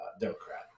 Democrat